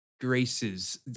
graces